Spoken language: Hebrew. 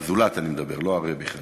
הזולת, אני מדבר, לא הרבי חלילה.